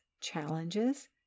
challenges